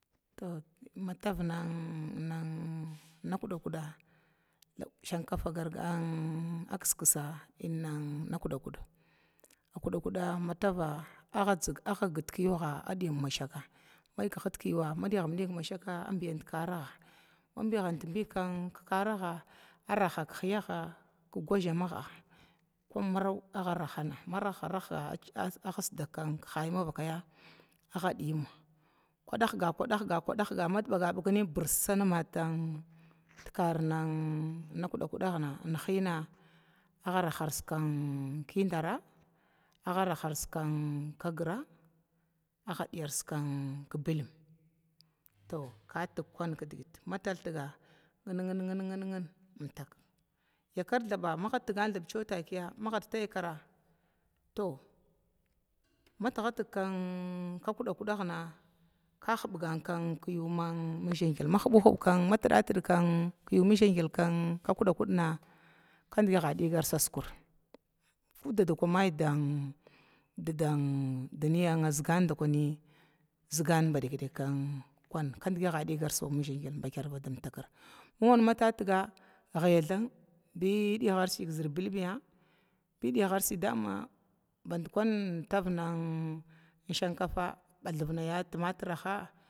Matau nan kudakuda shinkafa kiskisa nan kudakuda, kudakuda matava agga git kiyuwaga adiyim masha ma digudig mashaka a biyant karaga ma bigant biga karaga araha kihiyaga kgazama arahan khai mavakaya gagadiyin kudahga kudaga mabaga bagnin birsan tikar na kuda kudangna ni hina agga rahant ki hina agga rahars kiidara agga rahars agga diyars kibilma, to ka tigkum kidgita ngingin badkwaha maga ta yakara matigatig ka kudakuɗagna agga humgan yu migagil matdig yu migagil kakuda kudua kadgi agga digars sukura ko dadkana ammy diniyya zəgan dakwi aniga ba zəgan ba dikdaka kunna kadgi a digars sukura dimtakir kuna matatiga ghida bi digarsi zər bilmya bi digarsi dama bankwun taunan shinkafa ɓathna ya timatiraha.